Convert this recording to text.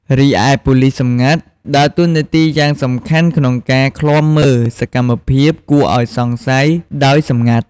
រីឯប៉ូលិសសម្ងាត់ ដើរតួនាទីយ៉ាងសំខាន់ក្នុងការ ឃ្លាំមើលសកម្មភាពគួរឱ្យសង្ស័យ ដោយសម្ងាត់។